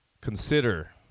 Consider